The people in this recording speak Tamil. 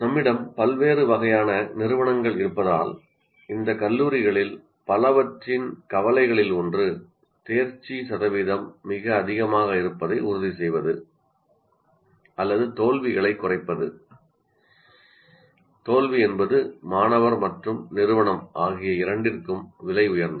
நம்மிடம் பல்வேறு வகையான நிறுவனங்கள் இருப்பதால் இந்த கல்லூரிகளில் பலவற்றின் கவலைகளில் ஒன்று தேர்ச்சி சதவீதம் மிக அதிகமாக இருப்பதை உறுதிசெய்வது அல்லது தோல்விகளைக் குறைப்பது தோல்வி என்பது மாணவர் மற்றும் நிறுவனம் ஆகிய இரண்டிற்கும் விலை உயர்ந்தது